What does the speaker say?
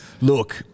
Look